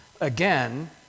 Again